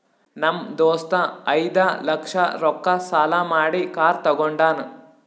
ನಮ್ ದೋಸ್ತ ಐಯ್ದ ಲಕ್ಷ ರೊಕ್ಕಾ ಸಾಲಾ ಮಾಡಿ ಕಾರ್ ತಗೊಂಡಾನ್